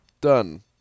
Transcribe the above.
Done